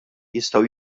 jistgħu